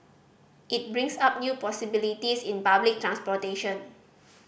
it brings up new possibilities in public transportation